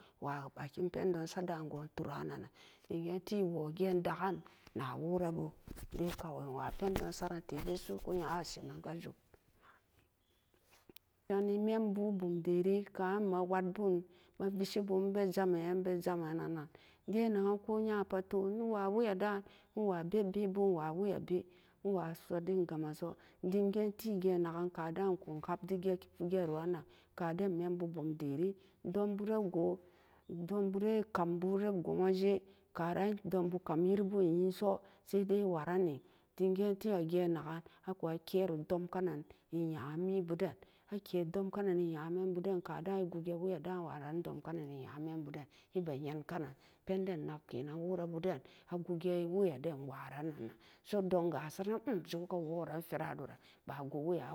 Wabakin pendon satda'an go'on tura-nan dim geenti nwo geen daggan na worabu gen kawai nwa pendon saran su'uku nya'a sheman kajum wemiyanni membu bunderi ka'an imma nwatbun mavisibun ebe jamme an ebejaman-nan ge'en nagan ko nya pat to wi-wa waya da'an nwa beb-be bo nwa wayabe nwasodin gamanso dingeenti geen nagan ka'adaan kum lapdigero anan kaden membu bum deri domburan go'o donbare kamburan gwa'anje karan donbu kam yiribo nyinso sadai inwarani dimge'enti ge'en nag'an akwa kero domka nan- i'nyamibuden ake domkanan-ni nyamem buden ka'ada'an egutge waya da'an waran domkanani nyamembuden ibe nyenkanan penden nak kenan worabu den aguge wayaden waran nan nan so donga asaranan zuguka nwo'o ran feradoran ba gut waya-wa.